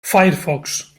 firefox